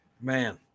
Man